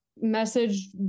message